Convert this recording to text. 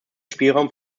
spielraum